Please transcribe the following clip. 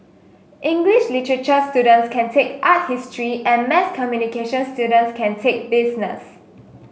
English literature students can take art history and mass communication students can take business